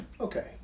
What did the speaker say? Okay